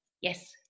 Yes